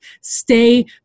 stay